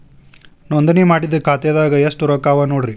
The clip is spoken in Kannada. ನೋಂದಣಿ ಮಾಡಿದ್ದ ಖಾತೆದಾಗ್ ಎಷ್ಟು ರೊಕ್ಕಾ ಅವ ನೋಡ್ರಿ